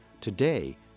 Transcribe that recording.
today